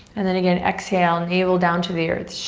and then again, exhale, navel down to the earth.